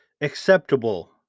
acceptable